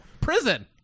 Prison